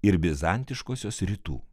ir bizantiškosios rytų